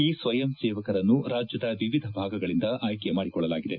ಈ ಸ್ವಯಂ ಸೇವಕರನ್ನು ರಾಜ್ಯದ ವಿವಿಧ ಭಾಗಗಳಿಂದ ಆಯ್ಕೆ ಮಾಡಿಕೊಳ್ಳಲಾಗಿದೆ